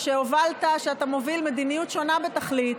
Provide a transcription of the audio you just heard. על שאתה מוביל מדיניות שונה בתכלית,